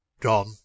John